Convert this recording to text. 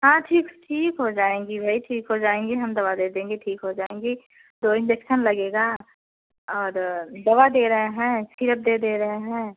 हाँ ठीक ठीक हो जाएँगी भाई ठीक हो जाएँगी हम दवा दे देंगे ठीक हो जाएँगी दो इंजेक्शन लगेगा और दवा दे रहे हैं सिरप दे दे रहे हैं